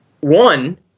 One